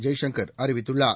ஜெய்சங்கர் அறிவித்துள்ளார்